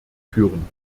führen